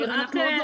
אנחנו עוד לא שם.